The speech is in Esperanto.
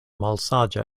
malsaĝa